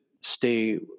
stay